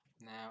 Now